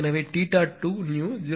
எனவே 2new 0